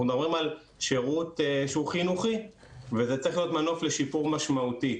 אנחנו מדברים על שירות שהוא חינוכי וזה צריך להיות מנוף לשיפור משמעותי,